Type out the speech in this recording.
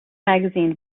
magazine